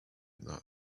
that